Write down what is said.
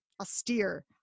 austere